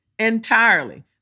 Entirely